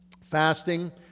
Fasting